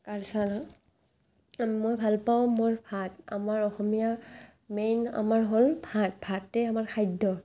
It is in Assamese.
কালচাৰ মই ভাল পাওঁ মোৰ ভাত আমাৰ অসমীয়া মেইন আমাৰ হ'ল ভাত ভাতেই আমাৰ খাদ্য